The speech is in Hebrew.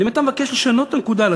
אבל אם אתה מבקש לשנות את מקום הנקודה,